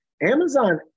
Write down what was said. Amazon